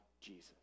Jesus